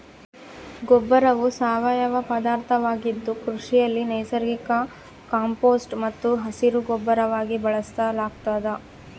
ಗೊಬ್ಬರವು ಸಾವಯವ ಪದಾರ್ಥವಾಗಿದ್ದು ಕೃಷಿಯಲ್ಲಿ ನೈಸರ್ಗಿಕ ಕಾಂಪೋಸ್ಟ್ ಮತ್ತು ಹಸಿರುಗೊಬ್ಬರವಾಗಿ ಬಳಸಲಾಗ್ತದ